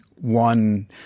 one